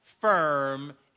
firm